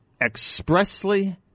expressly